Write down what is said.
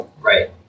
Right